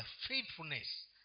faithfulness